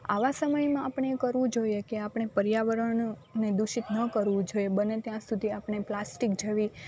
આવા સમયમાં આપણે કરવું જોઈએ કે આપણે પર્યાવરણને દૂષિત ન કરવું જોઈએ બને ત્યાં સુધી આપણે પ્લાસ્ટિક જેવી